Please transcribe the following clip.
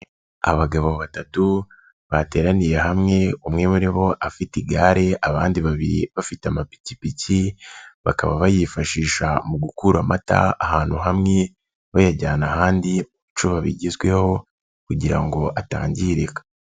Abagabo batatu bateraniye hamwe, umwe muri bo afite igare, abandi bafite amapikipiki, bakaba bayifashisha mu gukura amata ahantu hamwe, bayajyana ahandi mu bicuba bigezweho kugira ngo atangirika.